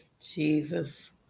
jesus